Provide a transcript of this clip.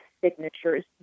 signatures